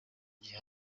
igihe